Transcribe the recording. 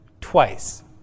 twice